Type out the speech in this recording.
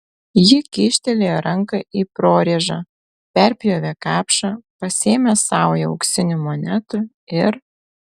ji kyštelėjo ranką į prorėžą perpjovė kapšą pasėmė saują auksinių monetų ir